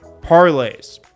parlays